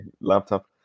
laptop